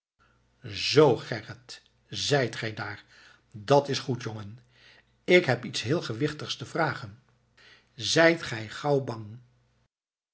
zoo gerrit zijt gij daar dat is goed jongen ik heb iets heel gewichtigs te vragen zijt gij gauw bang